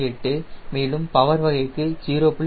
48 மேலும் பவர் வகைக்கு 0